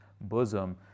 bosom